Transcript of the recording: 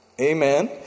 Amen